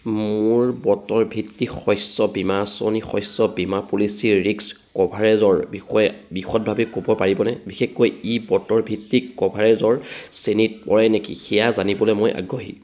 মোৰ বতৰ ভিত্তিক শস্য বীমা আঁচনি শস্য বীমা পলিচিৰ ৰিস্ক কভাৰেজৰ বিষয়ে বিশদভাৱে ক'ব পাৰিবনে বিশেষকৈ ই বতৰ ভিত্তিক কভাৰেজৰ শ্ৰেণীত পৰে নেকি সেয়া জানিবলৈ মই আগ্ৰহী